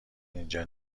اینجا